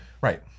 Right